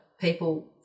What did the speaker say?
people